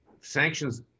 Sanctions